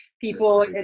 people